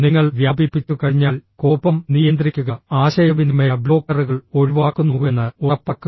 നിങ്ങൾ വ്യാപിപ്പിച്ചു കഴിഞ്ഞാൽ കോപം നിയന്ത്രിക്കുക ആശയവിനിമയ ബ്ലോക്കറുകൾ ഒഴിവാക്കുന്നുവെന്ന് ഉറപ്പാക്കുക